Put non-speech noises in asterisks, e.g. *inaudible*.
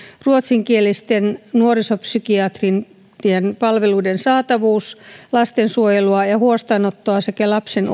ruotsinkielisten nuorisopsykiatrian palveluiden saatavuus lastensuojelu ja huostaanotto sekä lapsen *unintelligible*